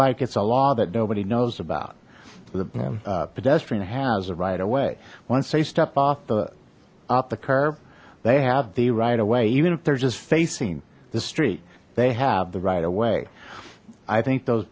like it's a law that nobody knows about the pedestrian has a right away once they step off the off the curve they have the right away even if they're just facing the street they have the right away i think those